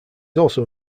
also